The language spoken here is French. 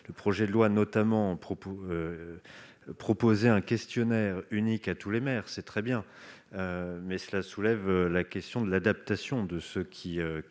Le projet de loi instaurait un questionnaire unique pour tous les maires ; c'est très bien, mais cela soulève la question de l'adaptation de ceux qui